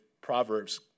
Proverbs